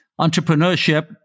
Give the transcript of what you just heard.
Entrepreneurship